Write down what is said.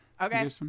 okay